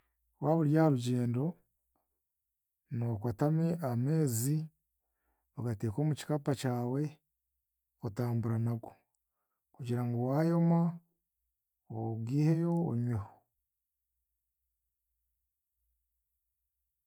Waaba oryaharugyendo, nookwata ama- ameezi ogateeka omu kikapa kyawe, otambura nago. Kugira ngu waayoma, ogaiheyo onyweho.